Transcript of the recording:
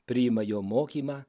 priima jo mokymą